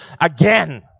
again